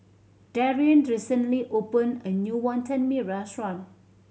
Darrien recently opened a new Wantan Mee restaurant